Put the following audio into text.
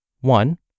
One